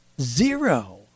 zero